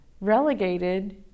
relegated